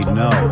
no